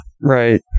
Right